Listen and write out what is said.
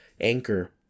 anchor